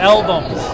Albums